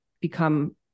become